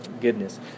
goodness